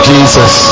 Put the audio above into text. Jesus